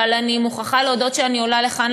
אבל אני מוכרחה להודות שאני עולה לכאן,